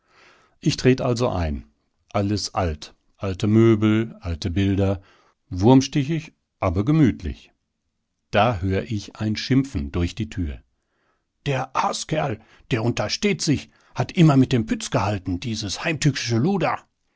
ich tret also ein alles alt alte möbel alte bilder wurmstichig aber gemütlich da hör ich ein schimpfen durch die tür der aaskerl der untersteht sich hat immer mit dem pütz gehalten dieses heimtückische